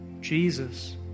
Jesus